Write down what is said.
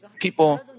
people